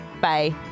Bye